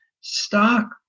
stock